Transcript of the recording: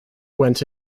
went